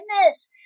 goodness